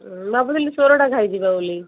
ସୋରଡ଼ା ଘାଇ ଯିବା ବୋଲି